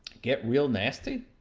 get real nasty?